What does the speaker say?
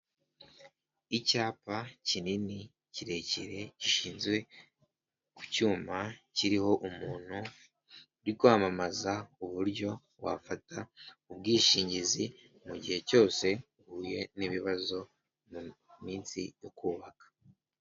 Icyapa kinini kirekire gishinzwe ku cyuma kiriho umuntu uri kwamamaza uburyo wafata ubwishingizi mu gihe cyose uhuye n'ibibazo mu minsi yo kubaka.